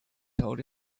told